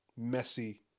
messy